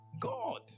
God